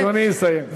אדוני, לסיים.